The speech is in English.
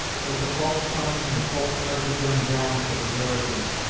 that the false-tongued and false-hearted young gallants of the garrisons,